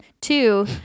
two